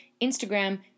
Instagram